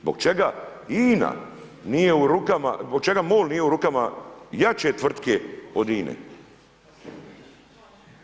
Zbog čega INA nije u rukama, zbog čega MOL nije u rukama jače tvrtke od INA-e.